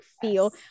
feel